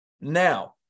now